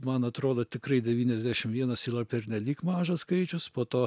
man atrodo tikrai devyniasdešim vienas yra pernelyg mažas skaičius po to